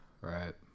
Right